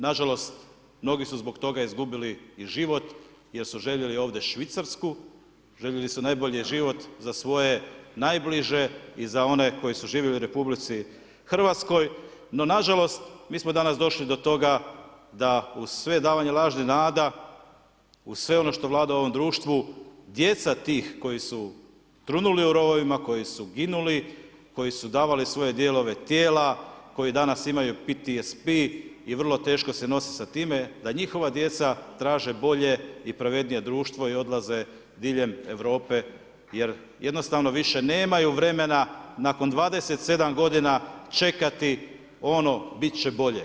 Nažalost mnogi su zbog toga izgubili i život jer su željeli ovdje Švicarsku, željeli su najbolji život za svoje najbliže i za one koji su živjeli u Republici Hrvatskoj, no nažalost, mi smo danas došli do toga da uz sve davanje lažnih nada, uz sve ono što vlada u ovom društvu, djeca tih koji su trunuli u rovovima, koji su ginuli, koji su davali svoje dijelove tijela, koji danas imaju PTSP i vrlo teško se nose s time, da njihova djeca traže bolje i pravednije društvo i odlaze diljem Europe, jer jednostavno više nemaju vremena nakon 27 godina čekati, ono bit će bolje.